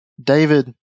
David